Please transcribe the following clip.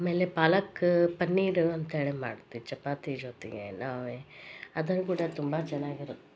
ಅಮೇಲೆ ಪಾಲಕ್ ಪನ್ನೀರ್ ಅಂತ ಹೇಳಿ ಮಾಡ್ತೀವಿ ಚಪಾತಿ ಜೊತೆಗೆ ನಾವೇ ಅದ್ರಲ್ಲಿ ಕೂಡ ತುಂಬಾ ಚೆನ್ನಾಗಿರುತ್ತೆ